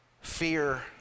fear